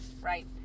right